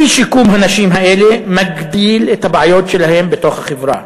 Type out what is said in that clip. אי-שיקום הנשים האלה מגביר את הבעיות שלהן בתוך החברה.